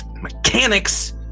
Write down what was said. mechanics